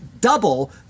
double